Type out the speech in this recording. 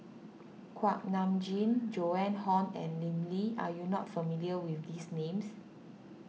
Kuak Nam Jin Joan Hon and Lim Lee are you not familiar with these names